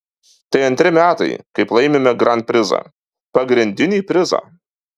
tai antri metai kaip laimime grand prizą pagrindinį prizą